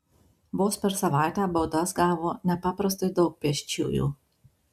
vos per savaitę baudas gavo nepaprastai daug pėsčiųjų